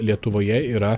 lietuvoje yra